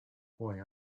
boy